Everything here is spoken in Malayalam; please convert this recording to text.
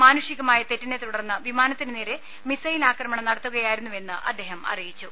മാനുഷികമായ തെറ്റിനെ തുടർന്ന് വിമാനത്തിനുനേരെ മിസൈൽ ആക്രമണം നടത്തുകയാ യിരുന്നുവെന്ന് അദ്ദേഹം അറിയിച്ചു